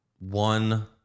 One